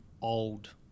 old